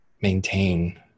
maintain